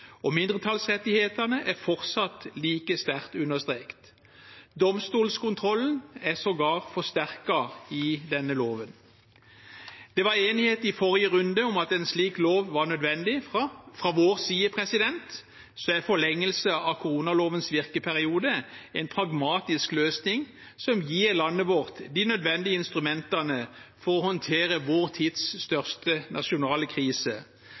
og mindretallsrettighetene er fortsatt like sterkt understreket. Domstolskontrollen er sågar forsterket i denne loven. Det var enighet i forrige runde om at en slik lov var nødvendig. Fra vår side er forlengelse av koronalovens virkeperiode en pragmatisk løsning som gir landet vårt de nødvendige instrumentene for å håndtere vår tids største nasjonale krise,